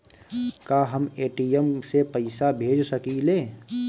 का हम ए.टी.एम से पइसा भेज सकी ले?